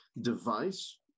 device